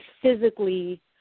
physically